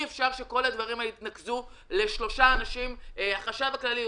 ואי אפשר שכל הדברים האלה יתנקזו לשלושה אנשים החשב הכללי,